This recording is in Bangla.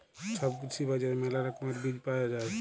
ছব কৃষি বাজারে মেলা রকমের বীজ পায়া যাই